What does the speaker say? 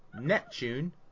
Neptune